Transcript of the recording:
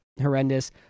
horrendous